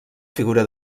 figura